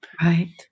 right